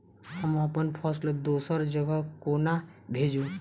हम अप्पन फसल दोसर जगह कोना भेजू?